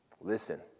Listen